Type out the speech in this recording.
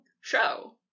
show